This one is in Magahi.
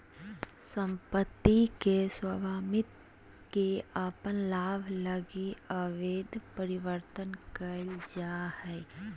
सम्पत्ति के स्वामित्व के अपन लाभ लगी अवैध परिवर्तन कइल जा हइ